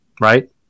right